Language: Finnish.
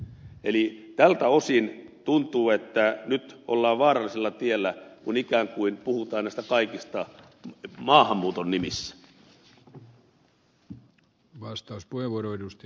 tältä osin tuntuu että nyt ollaan vaarallisella tiellä kun ikään kuin puhutaan näistä kaikista maahanmuuton nimissä